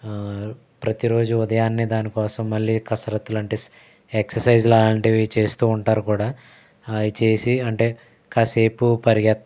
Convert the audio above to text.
ప్రతీ రోజు ఉదయాన్నే దానికోసం మళ్ళీ కసరత్తుల వంటి ఎక్ససైజ్ లాంటివి చేస్తూ ఉంటారు కూడా ఆ చేసి అంటే కాసేపు పరిగె